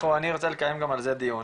אני רוצה לקיים גם על זה דיון,